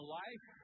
life